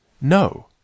no